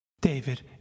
David